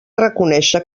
reconèixer